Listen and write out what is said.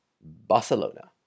Barcelona